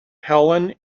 helen